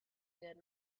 good